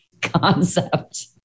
concept